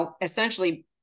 essentially